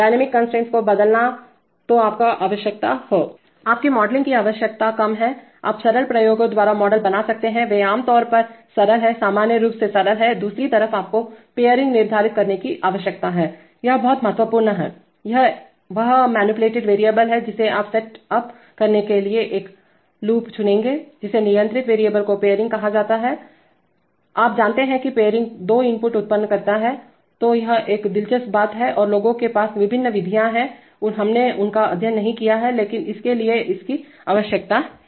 dynamic constraints को बदलनातो आपको आवश्यकता हो आपकी मॉडलिंग की आवश्यकता कम हैआप सरल प्रयोगों द्वारा मॉडल बना सकते हैंवे आम तौर पर सरल हैंसामान्य रूप से सरल हैं दूसरी तरफ आपको पेयरिंग निर्धारित करने की आवश्यकता हैयह बहुत महत्वपूर्ण हैयह वह मनुपुलेटेड वेरिएबल है जिसे आप सेट अप करने के लिए एक लूप चुनेंगेजिस नियंत्रित वेरिएबल को पेयरिंग कहा जाता हैआप जानते हैं कि पेयरिंग दो इनपुट उत्पन्न करता हैतो यह एक दिलचस्प बात है और लोगों के पास विभिन्न विधियां हैं हमने उनका अध्ययन नहीं किया है लेकिन इसके लिए इसकी आवश्यकता है